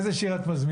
זו שאתה מכיר היטב.